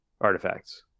artifacts